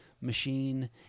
machine